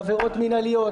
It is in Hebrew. עבירות מנהליות,